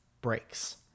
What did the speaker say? breaks